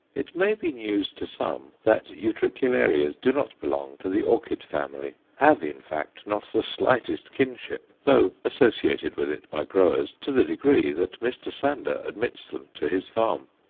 it may be news to some that utricularias do not belong to the orchid family have, in fact, not the slightest kinship, though associated with it by growers to the degree that mr. sander admits them to his farm.